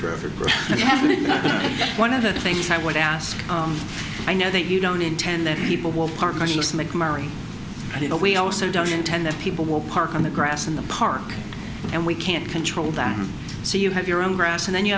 have one of the things i would ask i know that you don't intend that people will just make merry we also don't intend that people will park on the grass in the park and we can't control them so you have your own grass and then you